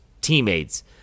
teammates